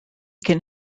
can